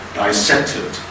dissected